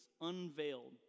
unveiled